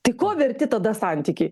tai ko verti tada santykiai